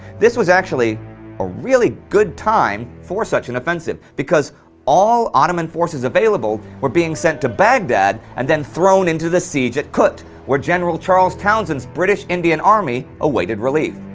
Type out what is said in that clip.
this was actually a really good time for such an offensive because all ottoman forces available were being sent to baghdad and then thrown into the siege of kut, where general charles townshend's british indian army awaited relief.